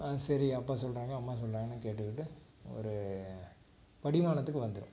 ஆ சரி அப்பா சொல்கிறாங்க அம்மா சொல்கிறாங்கன்னு கேட்டுக்கிட்டு ஒரு படிமானத்துக்கு வந்துடும்